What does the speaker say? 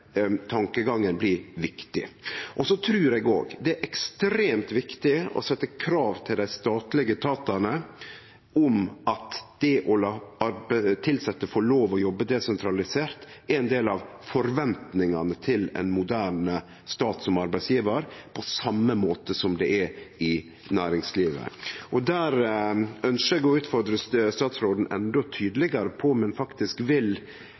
tankegangen blir viktig. Eg trur òg det er ekstremt viktig å setje krav til dei statlege etatane om at det å la tilsette få lov til å jobbe desentralisert, er ein del av forventingane til ein moderne stat som arbeidsgjevar, på same måte som det er i næringslivet. Der ønskjer eg å utfordre statsråden endå tydelegare på om ein faktisk vil